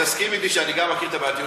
תסכימי אתי שאני גם מכיר את הבעייתיות